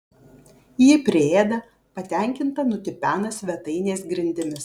ji priėda patenkinta nutipena svetainės grindimis